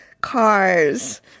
Cars